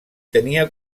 tenia